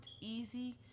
easy